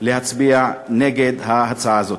להצביע נגד ההצעה הזאת.